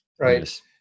right